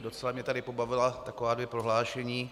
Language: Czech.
Docela mě tady pobavila taková dvě prohlášení.